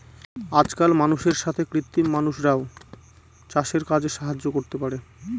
আজকাল মানুষের সাথে কৃত্রিম মানুষরাও চাষের কাজে সাহায্য করতে পারে